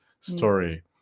story